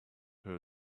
her